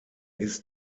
ist